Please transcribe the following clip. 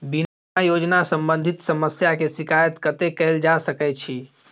बीमा योजना सम्बंधित समस्या के शिकायत कत्ते कैल जा सकै छी?